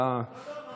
לא, לא.